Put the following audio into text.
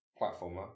platformer